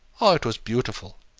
oh, it was beautiful!